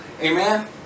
Amen